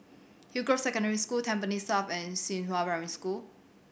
Hillgrove Secondary School Tampines South and Xinghua Primary School